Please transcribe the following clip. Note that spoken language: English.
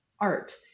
art